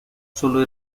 solo